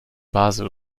basel